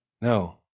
No